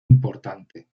importante